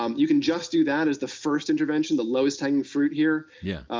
um you can just do that as the first intervention, the lowest-hanging fruit here. yeah.